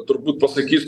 turbūt pasakys